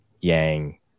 yang